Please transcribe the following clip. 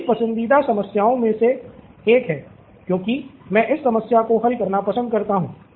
मेरी पसंदीदा समस्याओं में से एक हैं क्योंकि मैं इस समस्या को हल करना पसंद करता हूं